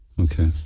Okay